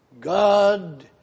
God